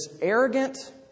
arrogant